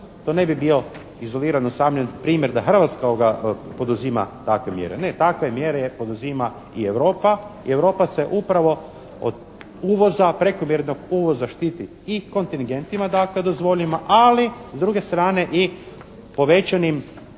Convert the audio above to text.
to ne bi bio izoliran, usamljen primjer, da Hrvatska poduzima takve mjere. Ne takve mjere poduzima i Europa i Europa se upravo od uvoza, prekomjernog uvoza štiti i kontingentima dakle … /Ne razumije se./ … ali s druge strane i povećanim